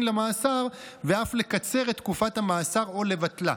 למאסר ואף לקצר את תקופת המאסר או לבטלה.